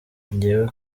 njyewe